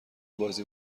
بازی